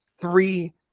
three